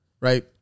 right